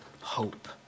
hope